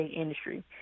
industry